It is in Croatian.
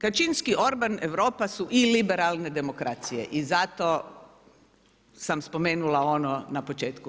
Kaczynski Orban Europa, su i liberalne demokracije i zato sam spomenula ono na početku.